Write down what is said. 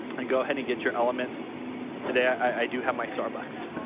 and go ahead and get your elements today i do have my starbucks.